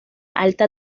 alta